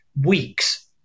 weeks